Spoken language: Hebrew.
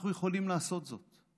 אנחנו יכולים לעשות זאת.